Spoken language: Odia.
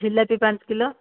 ଝିଲାପି ପାଞ୍ଚ କିଲୋ